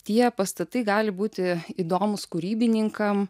tie pastatai gali būti įdomūs kūrybininkam